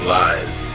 lies